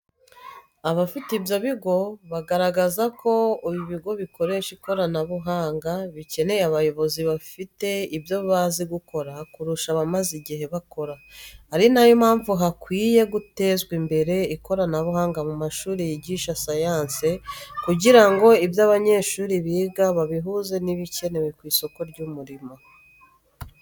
Abafite ibyo bigo bagaragaza ko ubu ibigo bikoresha ikoranabuhanga, bikeneye abakozi bafite ibyo bazi gukora, kurusha abamaze igihe bakora, ari nayo mpamvu hakwiye gutezwa imbere ikoranabuhanga mu mashuri yigisha siyansi, kugira ngo ibyo abanyeshuri biga babihuze n’ibikenewe ku isoko ry’umurimo.